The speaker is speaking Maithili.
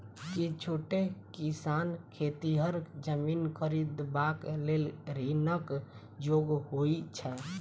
की छोट किसान खेतिहर जमीन खरिदबाक लेल ऋणक योग्य होइ छै?